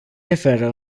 referă